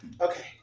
Okay